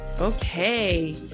okay